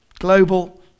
Global